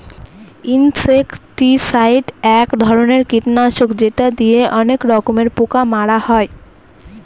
insecticide এক ধরনের কীটনাশক যেটা দিয়ে অনেক রকমের পোকা মারা হয়